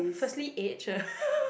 firstly age uh